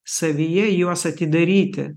savyje juos atidaryti